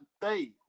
day